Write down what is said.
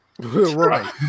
Right